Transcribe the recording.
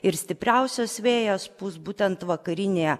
ir stipriausias vėjas pūs būtent vakarinėje